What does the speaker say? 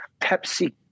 Pepsi